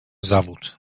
zawód